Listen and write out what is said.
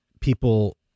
people